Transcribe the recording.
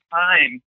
time